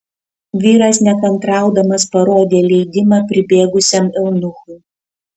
vyras nekantraudamas parodė leidimą pribėgusiam eunuchui